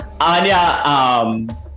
Anya